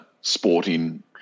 sporting